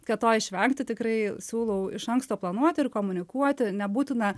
kad to išvengti tikrai siūlau iš anksto planuoti ir komunikuoti nebūtina